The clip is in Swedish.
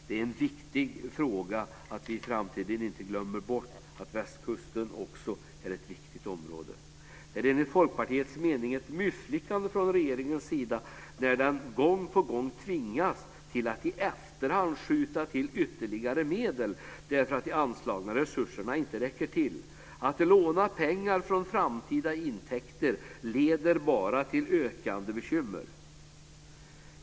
Det är en viktig fråga att vi i framtiden inte glömmer bort att västkusten också är ett viktigt område. Det är enligt Folkpartiets mening ett misslyckande från regeringens sida när den gång på gång tvingas till att i efterhand skjuta till ytterligare medel därför att de anslagna resurserna inte räcker till. Att låna pengar från framtida intäkter leder bara till ökande bekymmer.